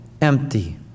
empty